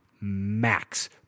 max